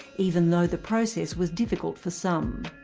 even though the process was difficult for some.